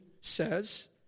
says